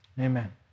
Amen